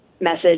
message